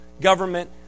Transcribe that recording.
government